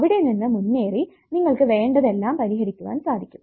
അവിടെ നിന്ന് മുന്നേറി നിങ്ങൾക്ക് വേണ്ടത് എല്ലാം പരിഹരിക്കുവാൻ സാധിക്കും